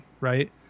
Right